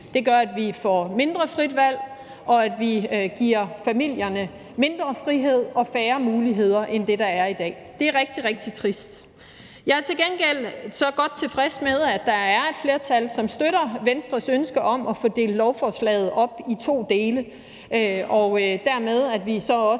Det gør, at vi får mindre frit valg, og at vi giver familierne mindre frihed og færre muligheder, end der er i dag. Det er rigtig, rigtig trist. Jeg er til gengæld godt tilfreds med, at der er et flertal, som støtter Venstres ønske om at få delt lovforslaget op i to dele og dermed også,